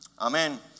Amen